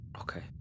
Okay